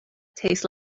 tastes